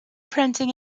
printing